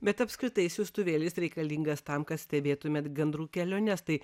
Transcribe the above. bet apskritai siųstuvėlis reikalingas tam kad stebėtumėt gandrų keliones tai